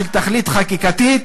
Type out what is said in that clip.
של תכלית חקיקתית,